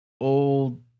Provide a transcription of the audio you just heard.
old